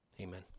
Amen